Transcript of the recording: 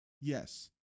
Yes